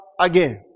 again